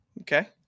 Okay